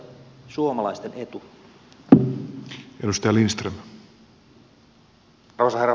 arvoisa herra puhemies